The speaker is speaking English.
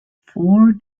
four